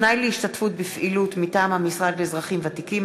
(תנאי להשתתפות בפעילות מטעם המשרד לאזרחים ותיקים),